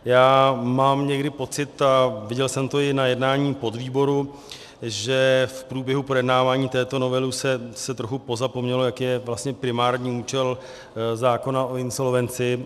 Já mám někdy pocit, a viděl jsem to i na jednání podvýboru, že v průběhu projednávání této novely se trochu pozapomnělo, jaký je vlastně primární účel zákona o insolvenci.